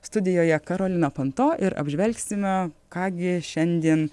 studijoje karolina panto ir apžvelgsime ką gi šiandien